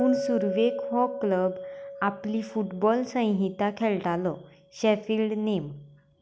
पूण सुरवेक हो क्लब आपली फुटबॉल संहिता खेळटालो शेफील्ड नेम